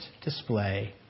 display